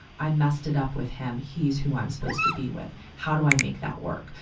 i messed it up with him. he's who i'm supposed to be with. how do i make that work?